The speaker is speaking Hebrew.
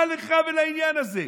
מה לך ולעניין הזה?